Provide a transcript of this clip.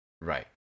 Right